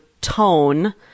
tone